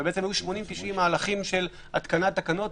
אבל היו 90-80 מהלכים של התקנת תקנות,